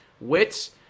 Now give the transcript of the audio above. Wits